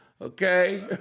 Okay